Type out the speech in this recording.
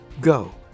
Go